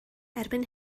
erbyn